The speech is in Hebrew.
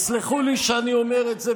תסלחו לי שאני אומר את זה,